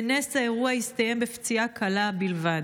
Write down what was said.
בנס האירוע הסתיים בפציעה קלה בלבד.